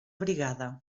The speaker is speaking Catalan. brigada